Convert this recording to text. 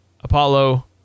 Apollo